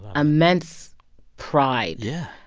immense pride. yeah.